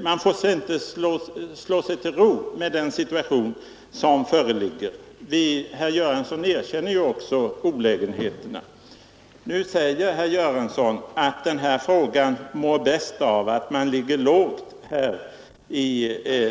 Man får inte slå sig till ro med den situation som föreligger. Herr Göransson erkänner ju också olägenheterna. Han säger dock att denna fråga mår bäst av att man ligger lågt i